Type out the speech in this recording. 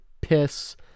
piss